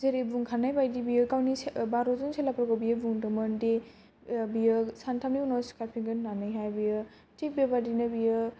जेरै बुंखानायबायदि बियो गावनि बार'जोन सेलाफोरखौ बियो बुंदोंमोनदि बियो सानथामनि उनाव सिखारफिनगोन होननानैहाय बियो थिग बेबादिनो बियो